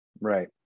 Right